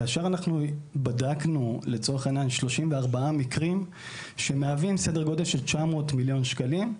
כאשר בדקנו 34 מקרים שמהווים סדר גודל של 900 מיליון שקלים,